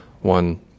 one